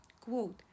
Quote